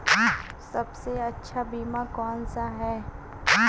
सबसे अच्छा बीमा कौनसा है?